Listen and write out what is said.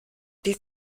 die